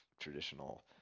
traditional